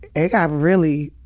it got really,